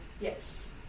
yes